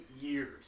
years